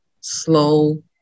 slow